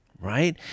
right